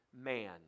man